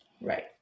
Right